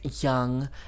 young